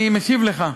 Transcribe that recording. אני משיב לך.